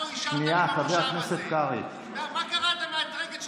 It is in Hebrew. חבר הכנסת קרעי, קריאה ראשונה.